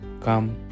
Come